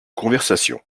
conversation